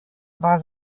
war